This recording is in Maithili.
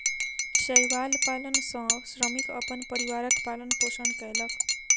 शैवाल पालन सॅ श्रमिक अपन परिवारक पालन पोषण कयलक